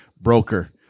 broker